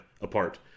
apart